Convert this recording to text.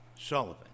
Sullivan